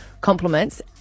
compliments